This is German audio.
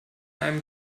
einem